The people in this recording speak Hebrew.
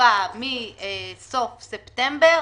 התקופה מסוף ספטמבר